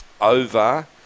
over